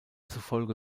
zufolge